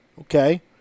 Okay